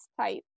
type